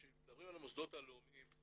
כשמדברים על המוסדות הלאומיים,